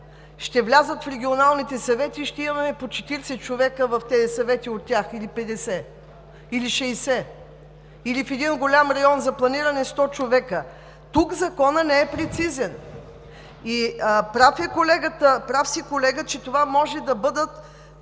ще влязат в регионалните съвети и ще имаме по 40 човека от тях в тези съвети, или 50, или 60, или в един голям район за планиране – 100 човека? Тук Законът не е прецизен. Прав сте, колега, че това може да бъдат